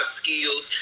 skills